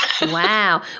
Wow